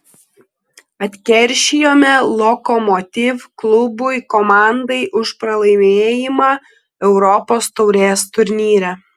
atkeršijome lokomotiv klubui komandai už pralaimėjimą europos taurės turnyre